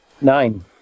Nine